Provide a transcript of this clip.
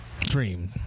Dream